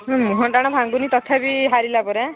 ମୁହଁଟାଣ ଭାଙ୍ଗୁନି ତଥାପି ହାରିଲା ପରେ ଆଁ